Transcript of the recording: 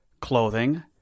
clothing